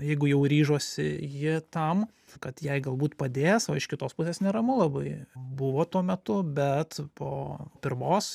jeigu jau ryžosi ji tam kad jai galbūt padės o iš kitos pusės neramu labai buvo tuo metu bet po pirmos